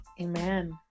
Amen